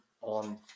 on